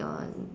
your